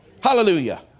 Hallelujah